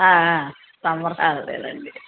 summer హాలిడేలండి